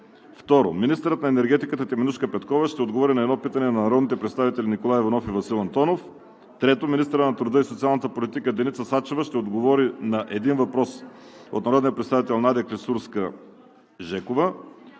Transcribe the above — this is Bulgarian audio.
2. Министърът на енергетиката Теменужка Петкова ще отговори на едно питане от народните представители Николай Иванов и Васил Антонов. 3. Министърът на труда и социалната политика Деница Сачева ще отговори на един въпрос от народния представител Надя Клисурска-Жекова.